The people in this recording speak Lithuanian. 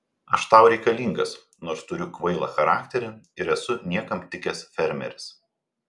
aš tau reikalingas nors turiu kvailą charakterį ir esu niekam tikęs fermeris